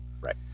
Right